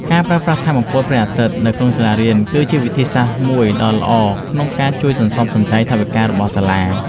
ការប្រើប្រាស់ថាមពលព្រះអាទិត្យនៅក្នុងសាលារៀន គឺជាវិធីសាស្ត្រមួយដ៏ល្អក្នុងការជួយសន្សំសំចៃថវិការបស់សាលា។